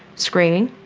screaming,